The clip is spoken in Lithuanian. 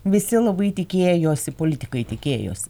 visi labai tikėjosi politikai tikėjosi